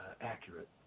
accurate